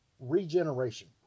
regeneration